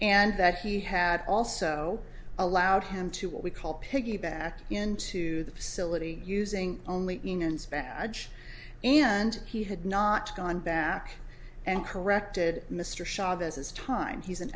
and that he had also allowed him to what we call piggybacked into the facility using only and he had not gone back and corrected mr chavez's time he's an